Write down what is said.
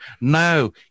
no